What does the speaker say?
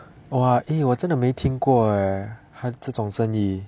!wah! eh 我真的没听过 eh 这种生意